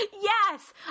Yes